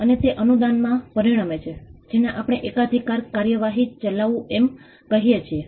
અમે તે વિશે ચર્ચા કરી અને તે એક સાથે આપણે સહભાગીઓના વ્યાપક માળખાના આ ચલો મેળવી શકીએ છીએ